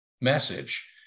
message